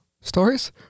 stories